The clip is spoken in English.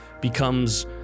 becomes